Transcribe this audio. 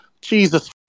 Jesus